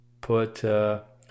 put